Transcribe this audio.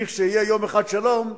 כשיהיה יום אחד שלום,